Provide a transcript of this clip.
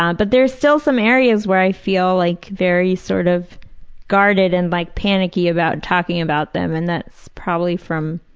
um but there are still some areas where i feel like very sort of guarded and like panicky talking about them and that's probably from,